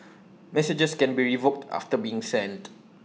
messages can be revoked after being sent